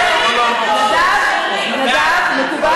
נדב, מקובל?